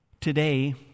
Today